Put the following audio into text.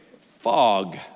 fog